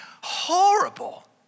horrible